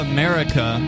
America